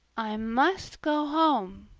i must go home,